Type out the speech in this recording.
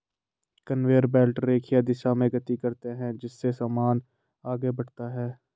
conveyor belt रेखीय दिशा में गति करते हैं जिससे सामान आगे बढ़ता है